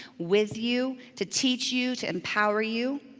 with you, to teach you, to empower you.